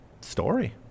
story